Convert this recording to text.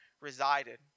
resided